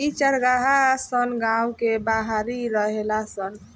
इ चारागाह सन गांव के बाहरी रहेला सन